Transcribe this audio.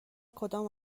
کدام